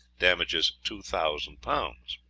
damages two thousand pounds.